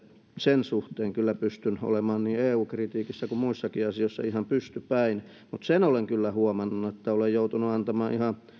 sen suhteen kyllä pystyn olemaan niin eu kritiikissä kuin muissakin asioissa ihan pystypäin mutta sen olen kyllä huomannut että olen joutunut antamaan ihan